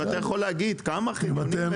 ואתה יכול להגיד, כמה חניונים מתוכננים.